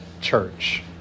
church